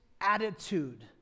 attitude